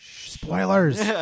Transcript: Spoilers